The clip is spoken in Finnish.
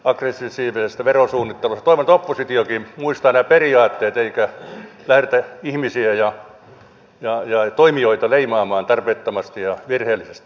toivon että oppositiokin muistaa nämä periaatteet eikä lähdetä ihmisiä ja toimijoita leimaamaan tarpeettomasti ja virheellisesti